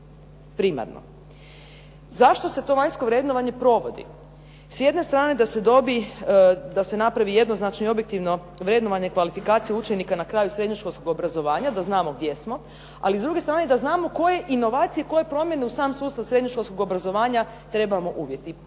primarno. Zašto se to vanjsko vrednovanje provodi? S jedne strane, da se dobije, da se napravi jednoznačno i objektivno vrednovanje kvalifikacije učenika na kraju srednjoškolskog obrazovanja da znamo gdje smo, ali i s druge strane da znamo koje inovacije, koje promjene u sam sustav srednjoškolskog obrazovanja trebamo unijeti?